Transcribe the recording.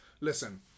Listen